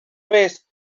ves